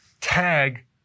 tag